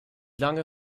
lange